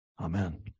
Amen